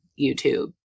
YouTube